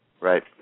Right